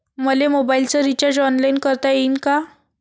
मले मोबाईलच recharge online करता येईन का?